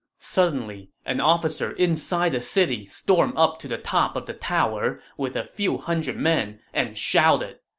suddenly, an officer inside the city stormed up to the top of the tower with a few hundred men and shouted,